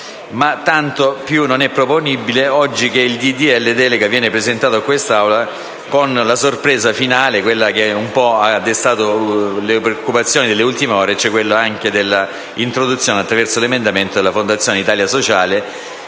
Ma tanto più non è proponibile oggi che il disegno di legge delega viene presentato a quest'Assemblea con la sorpresa finale, quella che ha destato le preoccupazioni delle ultime ore, ossia l'introduzione, attraverso l'emendamento, della Fondazione Italia sociale